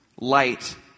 Light